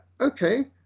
okay